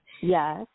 Yes